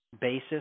basis